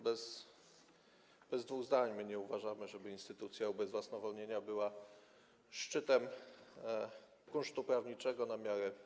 Bez dwóch zdań my nie uważamy, żeby instytucja ubezwłasnowolnienia była szczytem kunsztu prawniczego na miarę